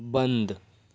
बन्द